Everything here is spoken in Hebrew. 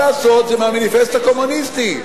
מה לעשות, זה מהמניפסט הקומוניסטי: